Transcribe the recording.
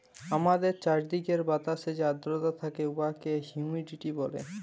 আমাদের চাইরদিকের বাতাসে যে আদ্রতা থ্যাকে উয়াকে হুমিডিটি ব্যলে